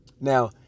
Now